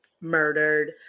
murdered